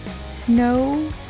snow